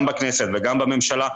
גם בכנסת וגם בממשלה.